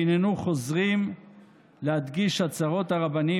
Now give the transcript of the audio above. והיננו חוזרים להדגיש הצהרות הרבנים